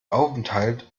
aufenthalt